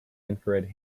infrared